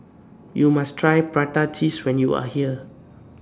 YOU must Try Prata Cheese when YOU Are here